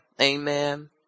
Amen